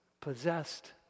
possessed